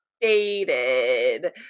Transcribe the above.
dated